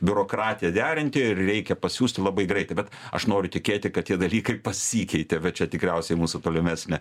biurokratiją derinti ir reikia pasiųsti labai greitai bet aš noriu tikėti kad tie dalykai pasikeitė bet čia tikriausiai mūsų tolimesnė